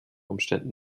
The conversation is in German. umständen